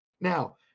now